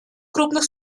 крупных